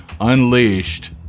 unleashed